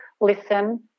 listen